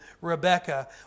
Rebecca